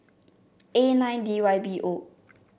A nine D Y B O